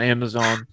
Amazon